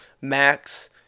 Max